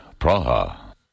Praha